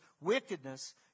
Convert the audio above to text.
wickedness